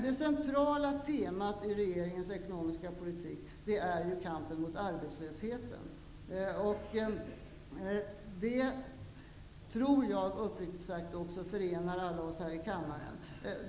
Det centrala temat i regeringens ekonomiska politik är kampen mot arbetslösheten. Jag tror, uppriktigt sagt, att det förenar oss alla här i kammaren.